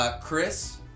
Chris